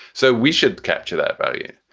so we should capture that value.